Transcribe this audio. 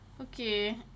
Okay